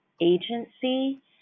agency